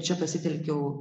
čia pasitelkiau